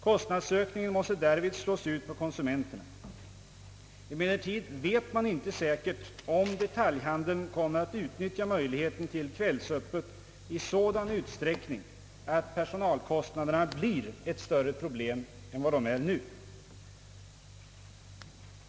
Kostnadsökningen måste därvid slås ut på konsumenterna. Emellertid vet man inte säkert om detaljhandeln kommer att utnyttja möjligheten till kvällsöppet i sådan utsträckning att personalkostnaderna blir ett större problem än nu.